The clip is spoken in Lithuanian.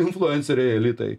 influenceriai elitai